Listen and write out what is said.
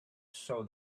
saw